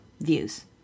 views